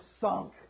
sunk